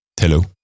Hello